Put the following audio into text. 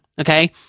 Okay